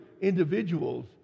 individuals